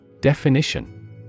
Definition